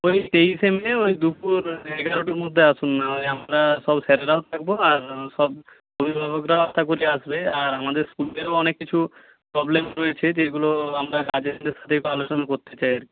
ওই তেইশে মে ওই দুপুর এগারোটার মধ্যে আসুন না ওই সব স্যাররাও থাকব আর সব অভিভাবকরাও আশা করি আসবে আর আমাদের স্কুলেরও অনেক কিছু প্রবলেম রয়েছে যেগুলো আমরা গার্জেনদের সাথে একটু আলোচনা করতে চাই আর কি